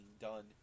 done